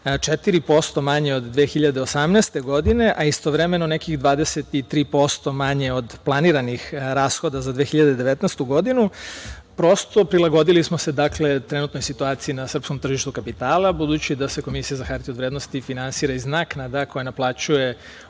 4% manje od 2018. godine, a istovremeno nekih 23% manje od planiranih rashoda za 2019. godinu. Prosto, prilagodili smo se trenutnoj situaciji na srpskom tržištu kapitala, budući da se Komisija za hartije od vrednosti finansira iz naknada koje naplaćuje